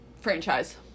franchise